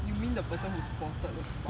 you mean the person who spotted the spy